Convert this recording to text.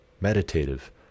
meditative